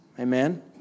amen